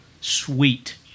Sweet